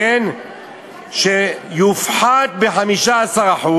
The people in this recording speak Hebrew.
שיופחת ב-15%,